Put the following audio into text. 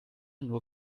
nur